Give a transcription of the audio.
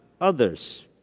others